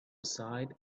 aside